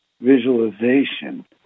visualization